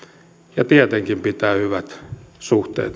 ja tietenkin pitää hyvät